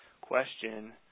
question